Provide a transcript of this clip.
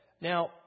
now